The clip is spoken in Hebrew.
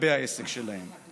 לגבי העסק שלהם?